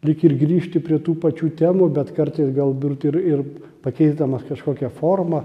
lyg ir grįžti prie tų pačių temų bet kartais galbūt ir ir pakeisdamas kažkokią formą